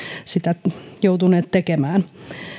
sitä joutuneet tekemään